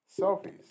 selfies